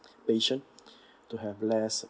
patient to have less